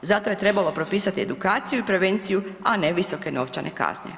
Zato je trebalo propisati edukaciju i prevenciju, a ne visoke novčane kazne.